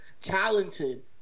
talented